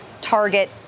Target